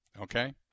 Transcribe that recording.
Okay